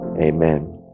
Amen